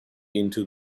into